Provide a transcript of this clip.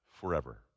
forever